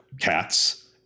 cats